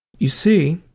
you see,